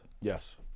Yes